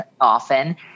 often